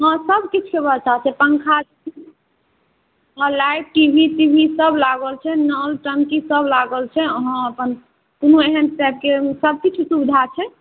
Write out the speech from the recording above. हँ सभकिछुके व्यवस्था छै पंखा लाइट टी भी तीवी सभ लागल छै नल टंकीसभ लागल छै अहाँ अपन कोनो एहन टाइपके सभकिछुके सुविधा छै